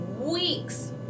weeks